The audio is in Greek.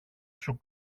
σου